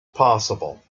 possible